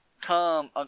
come